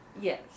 Yes